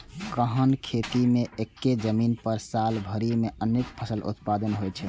गहन खेती मे एक्के जमीन पर साल भरि मे अनेक फसल उत्पादन होइ छै